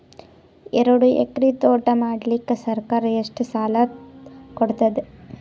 ಎರಡು ಎಕರಿ ತೋಟ ಮಾಡಲಿಕ್ಕ ಸರ್ಕಾರ ಎಷ್ಟ ಸಾಲ ಕೊಡತದ?